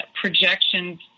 projections